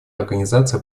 организация